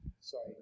Sorry